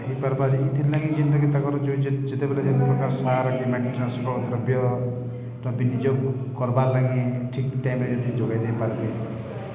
ହୋଇପାରିବ ଏଥିଲାଗି ଯେଉଁଟାକି ତାଙ୍କର ଯେତେବେଳେ ଯେଉଁ ପ୍ରକାର ସାର କିମ୍ବା ଚାଷ ଦ୍ରବ୍ୟ ବିନିଯୋଗ କରିବାଲାଗି ଠିକ୍ ଟାଇମ୍ରେ ଯଦି ଯୋଗାଇ ଦେଇ ପାରିବେ